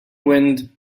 wind